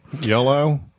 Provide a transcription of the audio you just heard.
Yellow